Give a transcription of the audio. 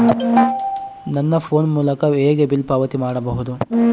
ನನ್ನ ಫೋನ್ ಮೂಲಕ ಹೇಗೆ ಬಿಲ್ ಪಾವತಿ ಮಾಡಬಹುದು?